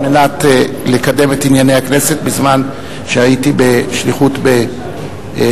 על מנת לקדם את ענייני הכנסת בזמן שהייתי בשליחות בחוץ-לארץ.